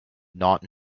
not